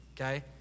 okay